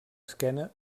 esquena